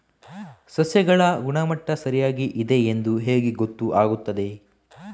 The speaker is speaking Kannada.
ಸಸ್ಯಗಳ ಗುಣಮಟ್ಟ ಸರಿಯಾಗಿ ಇದೆ ಎಂದು ಹೇಗೆ ಗೊತ್ತು ಆಗುತ್ತದೆ?